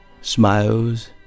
Smiles